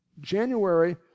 January